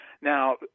Now